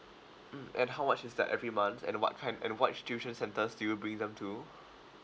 mm and how much is that every month and what kind and what tuition centres do you bring them to